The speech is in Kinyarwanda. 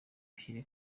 ushyire